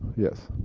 yes.